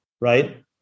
right